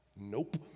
Nope